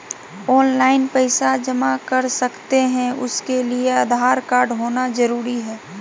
Online पैसा जमा कर सकते हैं उसके लिए आधार कार्ड होना जरूरी है?